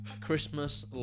Christmas